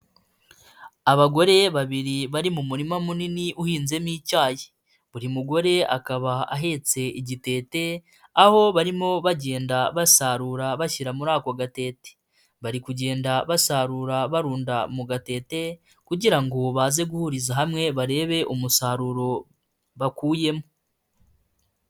Abagore babiri bari mu murima munini uhinzemo icyayi. Buri mugore akaba ahetse igitete, aho barimo bagenda basarura bashyira muri ako gatete. Bari kugenda basarura barunda mu gatete kugira ngo baze guhuriza hamwe, barebe umusaruro bakuyemo.